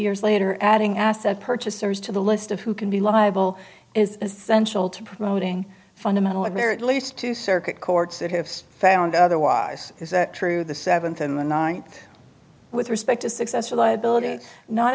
years later adding asset purchasers to the list of who can be liable is essential to promoting fundamental of marriage at least two circuit courts that have found otherwise true the seventh and the ninth with respect to successor liability not